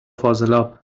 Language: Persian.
فاضلاب